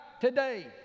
today